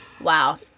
Wow